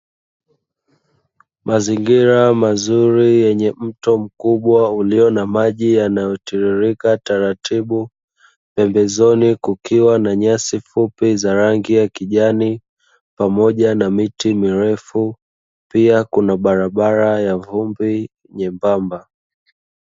Mazingira mazuri yenye mto mkubwa ulio na maji yanayotiririka taratibu, pembezoni kukiwa na nyasi fupi za rangi ya kijani pamoja na miti mirefu, pia kuna barabara ya vumbi nyembamba.